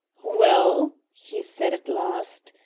well? he said, at last.